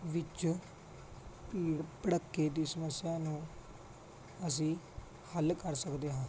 ਵਿੱਚ ਭੀੜ ਭੜੱਕੇ ਦੀ ਸਮੱਸਿਆ ਨੂੰ ਅਸੀਂ ਹੱਲ ਕਰ ਸਕਦੇ ਹਾਂ